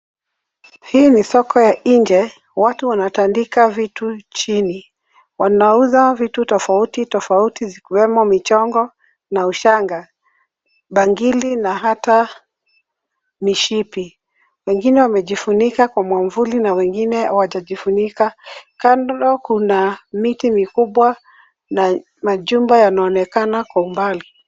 Hili ni soko la nje. Watu wanatandika vitu chini wanauza vitu tofauti tofauti zikiwemo michongo na ushanga, bangili na hata mishipi. Wengine wamejifunika kwa mwavuli na wengine hawajajifunika. Kando kuna miti mikubwa na majumba yanaonekana kwa umbali.